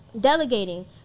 delegating